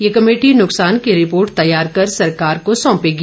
ये कमेटी नुकसान की रिपोर्ट तैयार कर सरकार को सौंपेगी